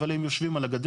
אבל הם יושבים על הגדר.